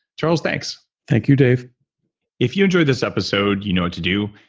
charles, thanks thank you, dave if you enjoyed this episode, you know what to do,